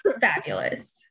fabulous